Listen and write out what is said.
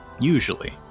usually